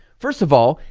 first of all,